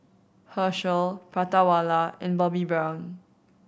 Herschel Prata Wala and Bobbi Brown